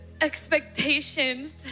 expectations